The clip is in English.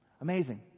Amazing